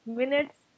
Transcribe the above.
minutes